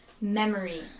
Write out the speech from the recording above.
Memory